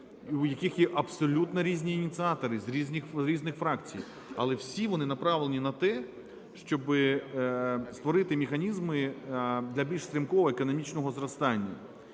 у яких є абсолютно різні ініціатори з різних фракцій, але всі вони направлені на те, щоби створити механізми для більш стрімкого економічного зростання.